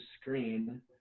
screen